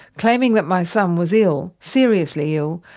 claiming that my son was ill, seriously ill,